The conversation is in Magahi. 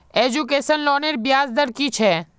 एजुकेशन लोनेर ब्याज दर कि छे?